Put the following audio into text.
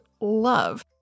love